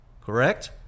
correct